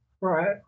Right